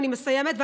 אני מסיימת.